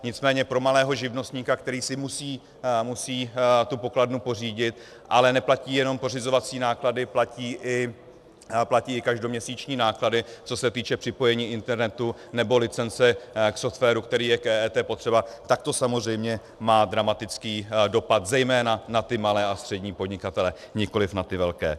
Nicméně pro malého živnostníka, který si musí tu pokladnu pořídit, ale neplatí jenom pořizovací náklady, platí i každoměsíční náklady, co se týče připojení internetu nebo licence k softwaru, který je k EET potřeba, to samozřejmě má dramatický dopad, zejména na ty malé a střední podnikatele, nikoliv na ty velké.